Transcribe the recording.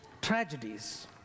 tragedies